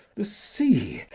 the sea,